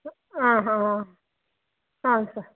ಹಾಂ ಹಾಂ ಹಾಂ ಹಾಂ ಸರ್